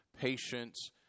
patience